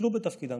כשלו בתפקידם.